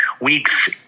weeks